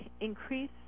increase